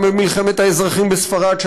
גם במלחמת האזרחים בספרד,